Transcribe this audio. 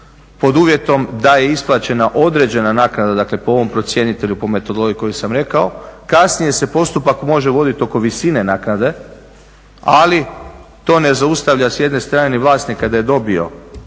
pod uvjetom da je isplaćena određena naknada, dakle po ovom procjenitelju, po metodologiji koju sam rekao. kasnije se postupak može voditi oko visine naknade, ali to ne zaustavlja s jedne strane ni vlasnika da je dobio,